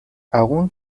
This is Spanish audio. aún